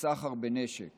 הסחר בנשק